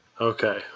Okay